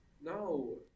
No